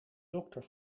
dokter